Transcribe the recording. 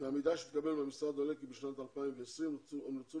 מהמידע שהתקבל במשרד עולה כי בשנת 2020 הוצאו